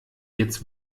jetzt